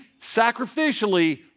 sacrificially